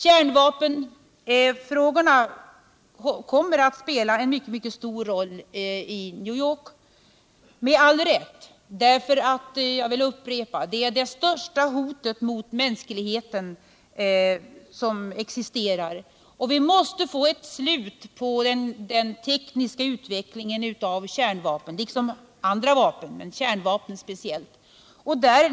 Kärnvapenfrågorna kommer att spela en mycket stor roll i New York, och det med all rätt. Jag vill upprepa att kärnvapen är det största hot mot mänskligheten som existerar. Vi måste få ett slut på den tekniska utvecklingen av kärnvapen. Det gäller också andra vapen, men kärnvapen speciellt.